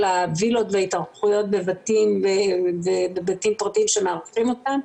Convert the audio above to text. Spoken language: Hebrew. הווילות וההתארחות בבתים פרטיים שמארחים אותם.